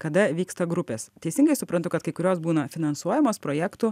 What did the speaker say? kada vyksta grupės teisingai suprantu kad kai kurios būna finansuojamos projektų